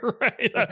Right